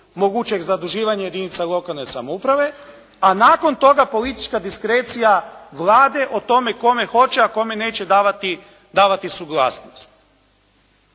mogućeg zaduživanja jedinica lokalne samouprave, a nakon toga politička diskrecija Vlade o tome kome hoće, a kome neće davati suglasnost.